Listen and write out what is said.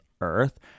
earth